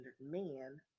man